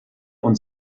und